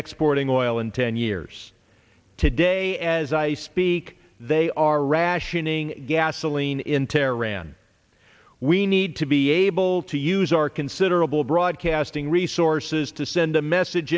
exporting oil in ten years today as i speak they are rationing gasoline in terror ran we need to be able to use our considerable broadcasting resources to send a message